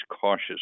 cautious